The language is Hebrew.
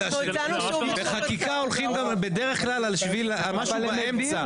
בחקיקה הולכים בדרך כלל על משהו באמצע.